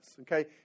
okay